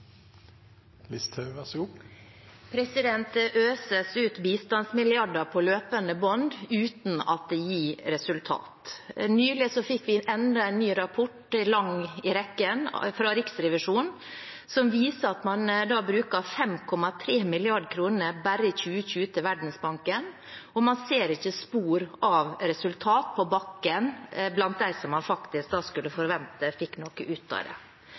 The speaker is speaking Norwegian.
Det øses ut bistandsmilliarder på løpende bånd uten at det gir resultater. Nylig fikk vi enda en ny rapport, som går inn i en lang rekke. Rapporten fra Riksrevisjonen viser at man brukte 5,3 mrd. kr gjennom Verdensbanken bare i 2020, og man ser ikke spor av resultater på bakken blant dem man faktisk skulle forvente fikk noe ut